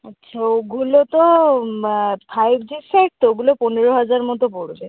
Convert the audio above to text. আচ্ছা ওগুলো তো ফাইভ জির সেট তো ওগুলো পনেরো হাজার মতো পড়বে